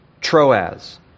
Troas